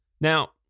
Now